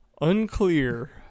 Unclear